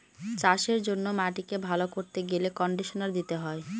চাষের জন্য মাটিকে ভালো করতে গেলে কন্ডিশনার দিতে হয়